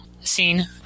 scene